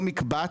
זה לא מקבץ,